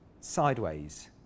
sideways